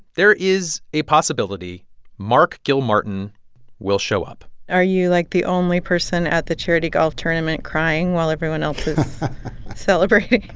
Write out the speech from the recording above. there is a possibility mark gilmartin will show up are you, like, the only person at the charity golf tournament crying while everyone else is celebrating?